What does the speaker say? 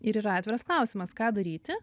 ir yra atviras klausimas ką daryti